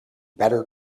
better